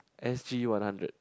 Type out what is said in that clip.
S_G one hundred